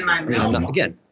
Again